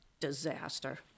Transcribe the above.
disaster